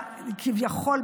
כביכול,